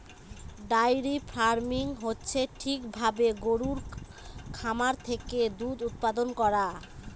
diary farming হচ্ছে ঠিক ভাবে গরুর খামার থেকে দুধ উৎপাদান করা